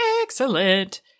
Excellent